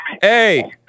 Hey